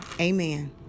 Amen